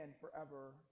forever